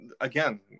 Again